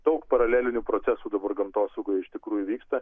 daug paralelinių procesų dabar gamtosaugoje iš tikrųjų vyksta